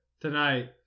tonight